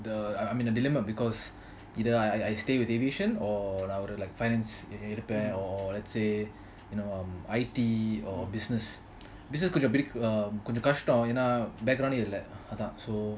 the I I'm in a dilemma because either I I I stay with aviation or I would like fence in repair or let's say you know I_T or business business கொஞ்சம் கஷ்டம் என்ன:konjam kastam enna background eh இல்ல:illa